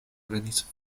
prenis